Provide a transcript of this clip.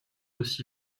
aussi